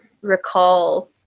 recall